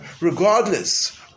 regardless